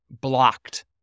blocked